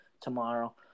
tomorrow